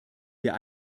wir